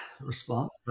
response